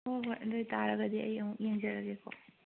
ꯍꯣꯏ ꯍꯣꯏ ꯑꯗꯨ ꯑꯣꯏꯇꯥꯔꯒꯗꯤ ꯑꯩ ꯑꯃꯨꯛ ꯌꯦꯡꯖꯔꯒꯦꯀꯣ